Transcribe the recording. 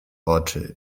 oczy